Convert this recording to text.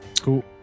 cool